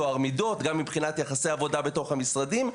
טוהר מידות גם מבחינת יחסי עבודה בתוך המשרדים,